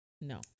No